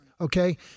Okay